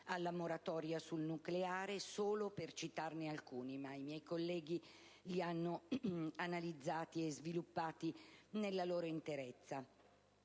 alla moratoria sul nucleare (cito solo questi, in quanto i miei colleghi li hanno analizzati e sviluppati nella loro interezza: